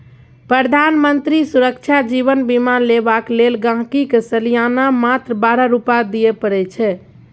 प्रधानमंत्री सुरक्षा जीबन बीमा लेबाक लेल गांहिकी के सलियाना मात्र बारह रुपा दियै परै छै